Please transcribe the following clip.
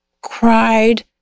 cried